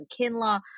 Kinlaw